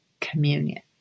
communion